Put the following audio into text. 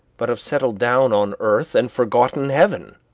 but have settled down on earth and forgotten heaven.